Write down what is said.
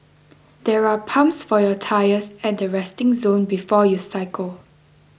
there are pumps for your tyres at the resting zone before you cycle